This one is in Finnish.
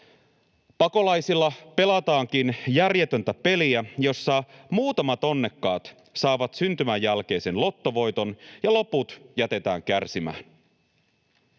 Pakolaisilla pelataankin järjetöntä peliä, jossa muutamat onnekkaat saavat syntymän jälkeisen lottovoiton ja loput jätetään kärsimään.